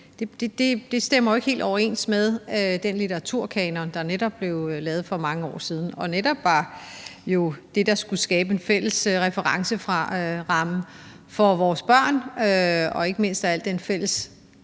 med det faktum, at vi har en litteraturkanon, der blev lavet for mange år siden, og som jo netop var det, der skulle skabe en fælles referenceramme for vores børn og ikke mindst danne ramme